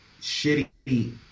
shitty